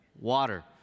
water